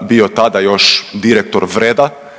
bio tada još direktor Vreda,